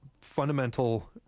fundamental